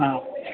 हा